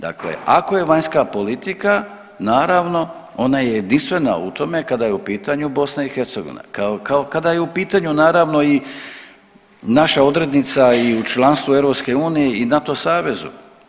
Dakle, ako je vanjska politika naravno ona je jedinstvena kada je u pitanju BiH, kao kada je u pitanju naravno i naša odrednica i u članstvu EU i NATO savezu.